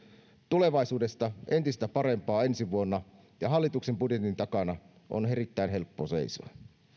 tulevaisuudesta entistä parempaa ensi vuonna ja hallituksen budjetin takana on erittäin helppo seisoa